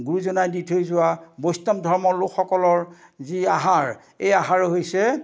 গুৰুজনাই দি থৈ যোৱা বৈষ্ণৱ ধৰ্মৰ লোকসকলৰ যি আহাৰ এই আহাৰ হৈছে